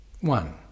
One